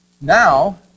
Now